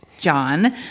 John